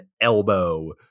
elbow